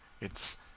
It's